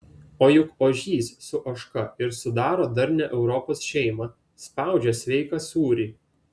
o juk ožys su ožka ir sudaro darnią europos šeimą spaudžia sveiką sūrį